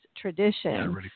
tradition